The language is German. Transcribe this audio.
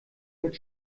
mit